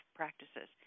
practices